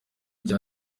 cya